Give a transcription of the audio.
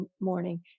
morning